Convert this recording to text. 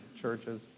churches